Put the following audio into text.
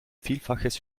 vielfaches